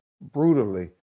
brutally